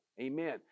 amen